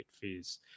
fees